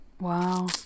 Wow